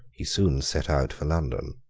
he soon set out for london.